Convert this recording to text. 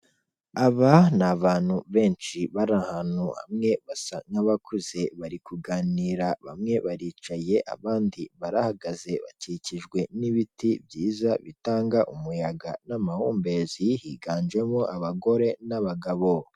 Aba ni abantu benshi bari ahantu hamwe basa nk'abakuze bari kuganira bamwe baricaye abandi barahagaze bakikijwe n'ibiti byiza bitanga umuyaga n'amahumbezi higanjemo abagore n'abagabo.